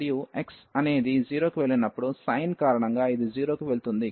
మరియు x అనేది 0 కి వెళ్ళినప్పుడు సైన్ కారణంగా ఇది 0 కి వెళుతుంది